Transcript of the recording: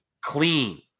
clean